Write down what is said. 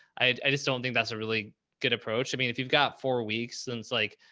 i just don't think that's a really good approach. i mean, if you've got four weeks and it's like,